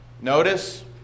Notice